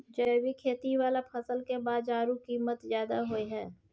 जैविक खेती वाला फसल के बाजारू कीमत ज्यादा होय हय